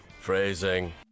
Phrasing